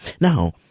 Now